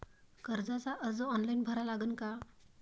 कर्जाचा अर्ज ऑनलाईन भरा लागन का?